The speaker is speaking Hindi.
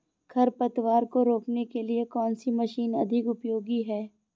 खरपतवार को रोकने के लिए कौन सी मशीन अधिक उपयोगी है?